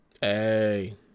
Hey